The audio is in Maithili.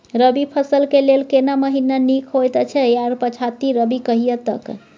रबी फसल के लेल केना महीना नीक होयत अछि आर पछाति रबी कहिया तक?